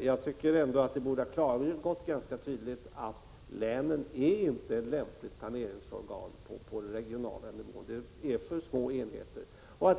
Jag tycker att det borde ha framgått ganska tydligt att länen inte är lämpliga planeringsorgan på den regionala nivån. Det är för små enheter.